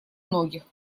многих